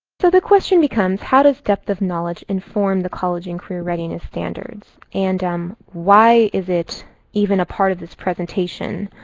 the question becomes, how does depth of knowledge inform the college and career readiness standards and um why is it even a part of this presentation?